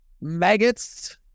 Maggots